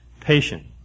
patient